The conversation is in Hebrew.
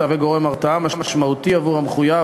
ותהווה גורם הרתעה משמעותי עבור המחויב